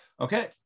Okay